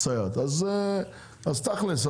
אז תכל'ס,